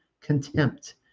contempt